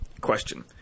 question